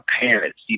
parents